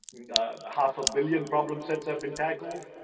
half a billion problem sets have been tackled.